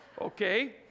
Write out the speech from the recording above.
Okay